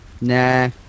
nah